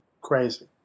Crazy